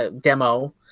demo